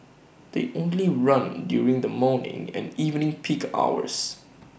they only run during the morning and evening peak hours